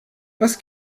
was